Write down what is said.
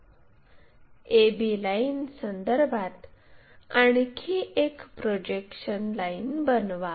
a b line संदर्भात आणखी एक प्रोजेक्शन लाइन बनवा